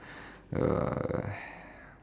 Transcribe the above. uh